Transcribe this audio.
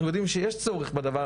אנחנו יודעים שיש צורך בדבר,